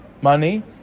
money